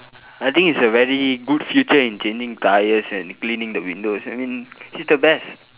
I think it's a very good future in changing tyres and cleaning the windows I mean he's the best